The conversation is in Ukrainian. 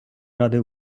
ради